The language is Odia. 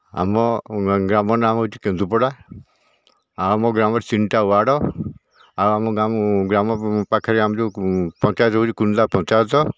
ଆମ ଗ୍ରାମ ନାଁ ହେଉଛି କେନ୍ଦୁପଡ଼ା ଆଉ ଆମ ଗ୍ରାମରେ ତିନିଟା ୱାର୍ଡ଼୍ ଆଉ ଆମ ଗ୍ରାମ ଗ୍ରାମ ପାଖରେ ଆମେ ଯେଉଁ ପଞ୍ଚାୟତ ହେଉଛି କୁନ୍ଦଲା ପଞ୍ଚାୟତ